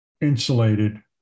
insulated